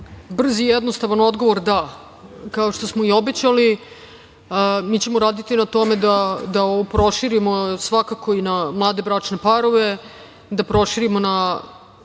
Brz i jednostavan odgovor – da. Kao što smo i obećali, mi ćemo raditi na tome da ovo proširimo svakako i na mlade bračne parove, da proširimo na